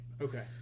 Okay